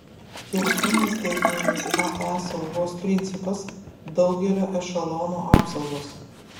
kertinis techninis ae saugos principas daugelio ešelonų apsaugos